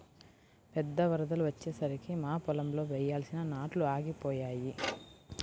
పెద్ద వరదలు వచ్చేసరికి మా పొలంలో వేయాల్సిన నాట్లు ఆగిపోయాయి